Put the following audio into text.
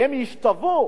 הם ישתוו,